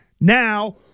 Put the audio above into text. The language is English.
Now